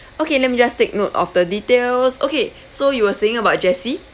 okay let me just take note of the details okay so you were saying about jessie